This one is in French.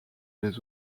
les